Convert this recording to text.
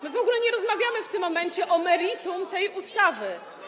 My w ogóle nie rozmawiamy w tym momencie o meritum tej ustawy.